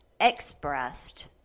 expressed